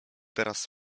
teraz